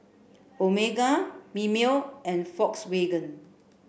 Omega Mimeo and Volkswagen